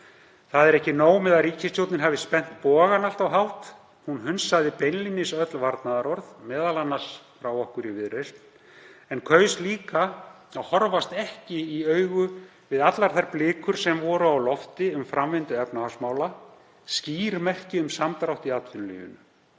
Það er ekki nóg með að ríkisstjórnin hafi spennt bogann allt of hátt, hún hunsaði beinlínis öll varnaðarorð, m.a. frá okkur í Viðreisn, en kaus líka að horfast ekki í augu við allar þær blikur sem voru á lofti um framvindu efnahagsmála, skýr merki um samdrátt í atvinnulífinu.